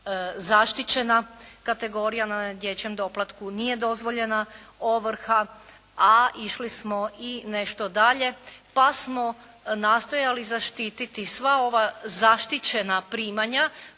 zaštićena kategorija. Na dječjem doplatku nije dozvoljena ovrha. A išli smo i nešto dalje pa smo nastojali zaštititi sva ova zaštićena primanja